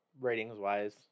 ratings-wise